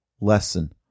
lesson